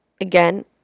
again